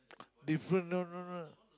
different no no no